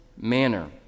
manner